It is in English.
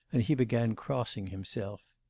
and he began crossing himself.